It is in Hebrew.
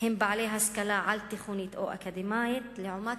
הם בעלי השכלה על-תיכונית או אקדמית לעומת